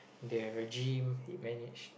the regime he manage